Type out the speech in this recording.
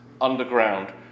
underground